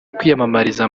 kwiyamamariza